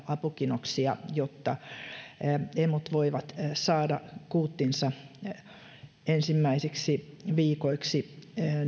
apukinoksia jotta emot voivat saada kuuttinsa ensimmäisiksi viikoiksi